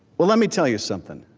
well, let me tell you something.